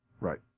Right